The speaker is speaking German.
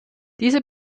dieser